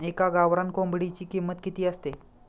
एका गावरान कोंबडीची किंमत किती असते?